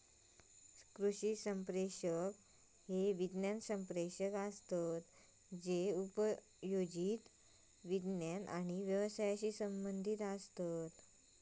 कृषी संप्रेषक हे विज्ञान संप्रेषक असत जे उपयोजित विज्ञान आणि व्यवसायाशी संबंधीत असत